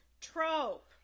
trope